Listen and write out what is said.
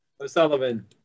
O'Sullivan